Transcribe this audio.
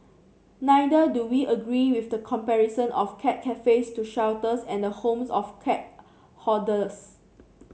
neither do we agree with the comparison of cat cafes to shelters and the homes of cat hoarders